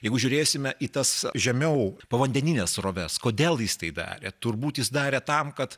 jeigu žiūrėsime į tas žemiau povandenines sroves kodėl jis tai darė turbūt jis darė tam kad